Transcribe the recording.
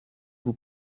vous